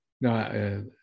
No